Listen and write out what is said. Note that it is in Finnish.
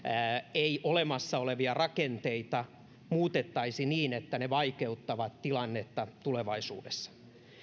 ei olemassa olevia rakenteita muutettaisi niin että ne vaikeuttavat tilannetta tulevaisuudessa